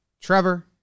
Trevor